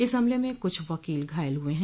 इस हमले में कुछ वक़ील घायल हुए हैं